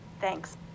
Thanks